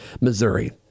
Missouri